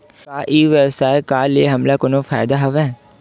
का ई व्यवसाय का ले हमला कोनो फ़ायदा हवय?